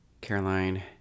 Caroline